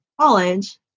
college